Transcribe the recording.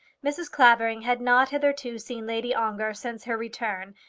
mrs. clavering had not hitherto seen lady ongar since her return,